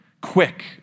quick